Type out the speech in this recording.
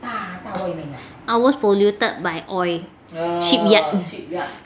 ours polluted by oil shipyard